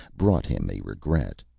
brought him a regret.